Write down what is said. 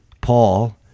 paul